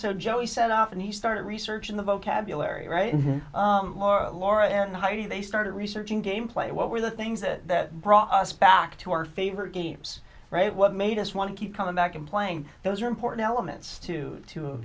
joey sent off and he started researching the vocabulary right laura laura and i they started researching gameplay what were the things that brought us back to our favorite games right what made us want to keep coming back and playing those are important elements two t